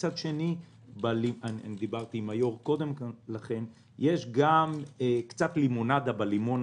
מצד שני יש גם קצת לימונדה בלימון